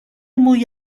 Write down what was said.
muy